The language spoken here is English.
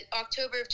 October